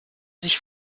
sich